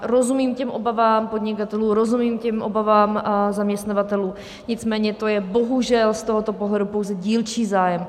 Rozumím obavám podnikatelů, rozumím obavám zaměstnavatelů, nicméně to je bohužel z tohoto pohledu pouze dílčí zájem.